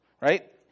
right